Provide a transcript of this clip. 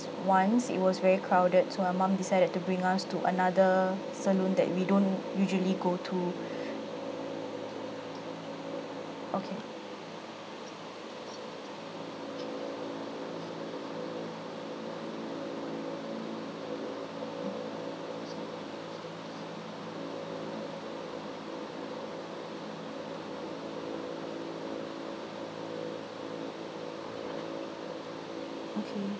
once it was very crowded so my mum decided to bring us to another salon that we don't usually go to okay okay